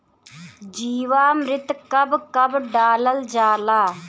जीवामृत कब कब डालल जाला?